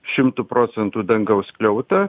šimtu procentu dangaus skliautą